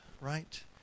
right